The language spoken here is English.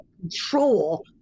control